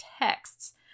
texts